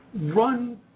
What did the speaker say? run